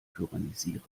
tyrannisieren